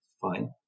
fine